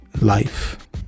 life